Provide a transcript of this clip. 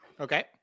okay